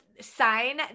sign